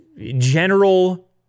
general